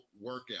workout